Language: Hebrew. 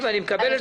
ואני מקבל את זה,